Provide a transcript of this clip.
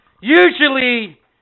usually